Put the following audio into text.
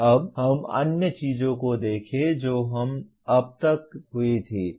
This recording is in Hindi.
अब हम अन्य चीजों को देखें जो अब तक हुई थीं